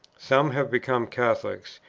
some have become catholics,